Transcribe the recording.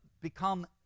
become